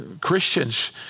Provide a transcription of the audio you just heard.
Christians